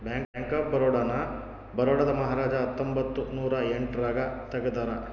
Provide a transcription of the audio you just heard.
bank of Baroda ನ ಬರೋಡಾದ ಮಹಾರಾಜ ಹತ್ತೊಂಬತ್ತ ನೂರ ಎಂಟ್ ರಾಗ ತೆಗ್ದಾರ